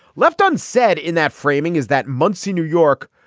left unsaid in that framing is that monsey, new york,